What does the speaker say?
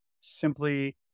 simply